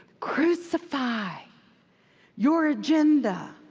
crucify your agenda.